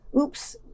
Oops